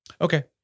okay